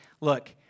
look